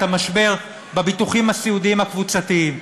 את המשבר בביטוחים הסיעודיים הקבוצתיים.